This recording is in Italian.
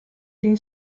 dei